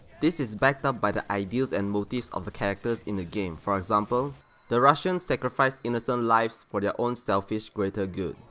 this is backed up by the ideals and motives of the characters in the game for example, the russian sacrifice innocent lives for their own selfish greater good,